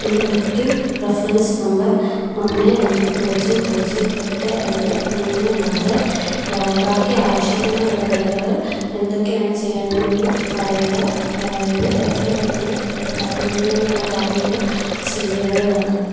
എൻ്റെ booking reference number ഒന്ന് ഒന്ന് പൂജ്യം പൂജ്യം എട്ട് രണ്ട് മൂന്ന് നാല് ബാക്കി ആവശ്യത്തിനായുള്ള രേഖകൾ എന്തൊക്കെയാണ് ചെയ്യേണ്ടതെന്നും പറയുക അതായത് എത്രയും പെട്ടെന്ന് റദ്ദാക്കുന്നതിനായുള്ള കാര്യങ്ങൾ ചെയ്യേണ്ടതാണ്